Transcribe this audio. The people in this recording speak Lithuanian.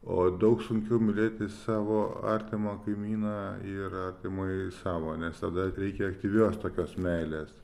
o daug sunkiau mylėti savo artimą kaimyną ir artimąjį savo nes tada reikia aktyvios tokios meilės